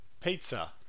Pizza